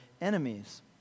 enemies